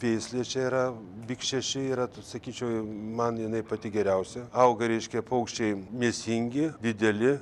veislė čia yra vik šeši yra sakyčiau man jinai pati geriausia auga reiškia paukščiai mėsingi dideli